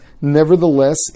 nevertheless